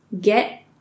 get